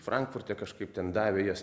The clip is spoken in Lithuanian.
frankfurte kažkaip ten davė jas